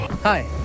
Hi